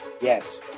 Yes